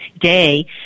day